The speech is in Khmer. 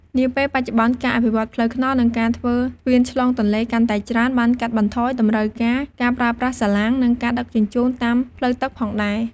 នាពេលបច្ចុប្បន្នការអភិវឌ្ឍន៍ផ្លូវថ្នល់ និងការធ្វើស្ពានឆ្លងទន្លេកាន់តែច្រើន បានកាត់បន្ថយតម្រូវការការប្រើប្រាស់សាឡាង និងការដឹកជញ្ជូនតាមផ្លូវទឹកផងដែរ។